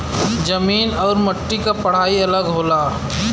जमीन आउर मट्टी क पढ़ाई अलग होला